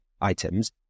items